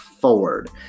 forward